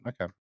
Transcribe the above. Okay